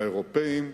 האירופים,